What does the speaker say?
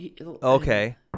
Okay